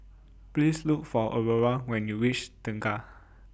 Please Look For Aurora when YOU REACH Tengah